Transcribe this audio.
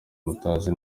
mutazi